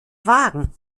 wagen